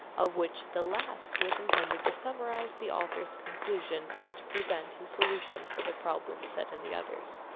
of which the last was intended to summarize the author's conclusions and to present his solution for the problems set in the others.